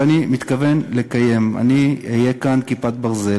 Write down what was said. ואני מתכוון לקיים: אני אהיה כאן "כיפת ברזל"